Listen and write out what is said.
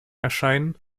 erscheinen